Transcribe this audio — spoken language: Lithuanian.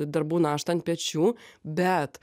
darbų naštą ant pečių bet